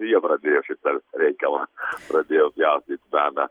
jie pradėjo šitą visą reikalą pradėjo pjaustyt meną